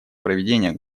проведения